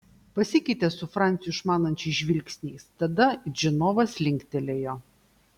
pasikeitė su franciu išmanančiais žvilgsniais tada it žinovas linktelėjo